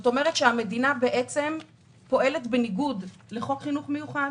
המדינה פה פועלת בניגוד לחוק חינוך מיוחד,